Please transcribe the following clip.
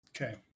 Okay